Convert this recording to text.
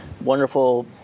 Wonderful